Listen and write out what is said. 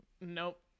Nope